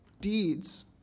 deeds